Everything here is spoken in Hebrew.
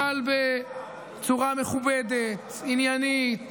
אבל בצורה מכובדת, עניינית,